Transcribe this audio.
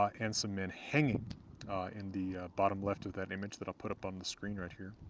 ah and some men hanging in the bottom left of that image that i'll put up on the screen right here.